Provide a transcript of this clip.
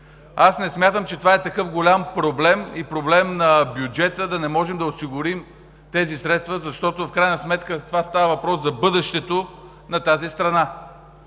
Аз не смятам, че това е голям проблем на бюджета и да не можем да осигурим тези средства, защото в крайна сметка става въпрос за бъдещето на тази страна.